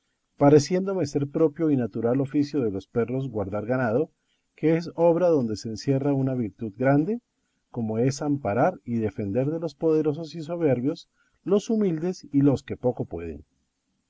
pareciéndome ser propio y natural oficio de los perros guardar ganado que es obra donde se encierra una virtud grande como es amparar y defender de los poderosos y soberbios los humildes y los que poco pueden